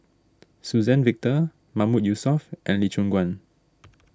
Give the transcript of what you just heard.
Suzann Victor Mahmood Yusof and Lee Choon Guan